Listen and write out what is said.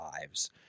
lives